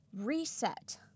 reset